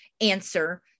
answer